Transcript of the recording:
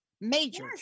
Major